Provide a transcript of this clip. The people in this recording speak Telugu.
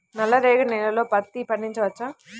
నల్ల రేగడి నేలలో పత్తి పండించవచ్చా?